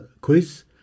quiz